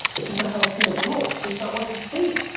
it's just not how i see the world, it's just not what i see.